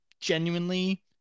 genuinely